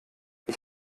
ich